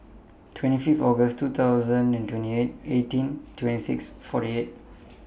twenty Fifth August two thousand and twenty eight eighteen twenty six forty eight